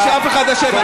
אני לא אמרתי שאף אחד אשם,